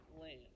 land